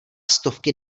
stovky